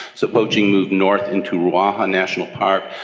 so poaching moved north into ruaha national park,